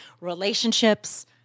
relationships